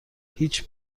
هیچ